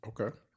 Okay